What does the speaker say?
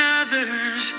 others